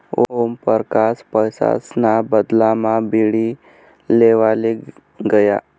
ओमपरकास पैसासना बदलामा बीडी लेवाले गया